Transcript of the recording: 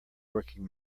working